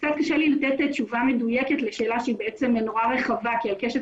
קצת קשה לי לתת תשובה מדויקת לשאלה שהיא בעצם מאוד רחבה והיא על קשת